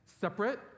separate